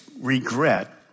regret